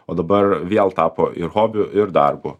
o dabar vėl tapo ir hobiu ir darbu